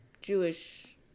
Jewish